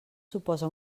suposa